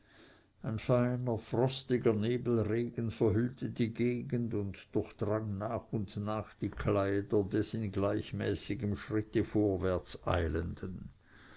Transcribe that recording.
ein feiner frostiger nebelregen verhüllte die gegend und durchdrang nach und nach die kleider des in gleichmäßigem schritte vorwärts eilenden